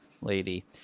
lady